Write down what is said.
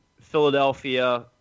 philadelphia